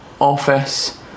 office